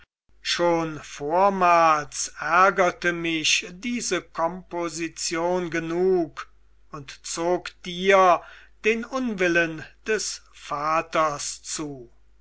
schon vormals ärgerte mich diese komposition genug und zog dir den unwillen des vaters zu